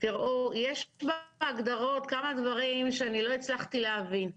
יש כבר בהגדרות כמה דברים שאני לא הצלחתי להבין.